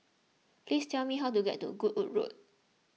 please tell me how to get to Goodwood Road